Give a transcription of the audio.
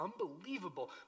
unbelievable